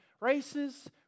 races